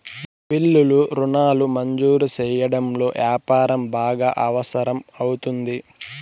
బిల్లులు రుణాలు మంజూరు సెయ్యడంలో యాపారం బాగా అవసరం అవుతుంది